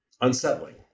unsettling